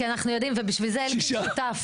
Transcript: כי אנחנו יודעים ובשביל זה אין לי שותף.